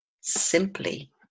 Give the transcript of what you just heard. simply